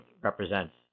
represents